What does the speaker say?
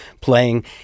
playing